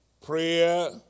Prayer